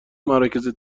مراکز